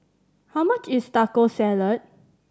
how much is Taco Salad